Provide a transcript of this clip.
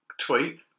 tweet